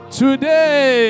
today